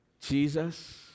Jesus